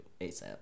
ASAP